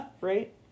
Right